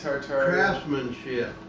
Craftsmanship